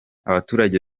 abaturage